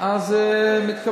אז זה מתקבל.